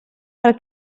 per